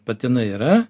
patinai yra